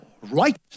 right